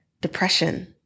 Depression